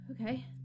Okay